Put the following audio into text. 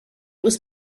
was